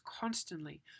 constantly